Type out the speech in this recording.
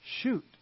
shoot